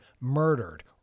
murdered